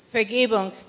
Vergebung